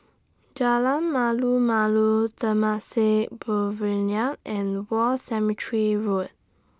Jalan Malu Malu Temasek and War Cemetery Road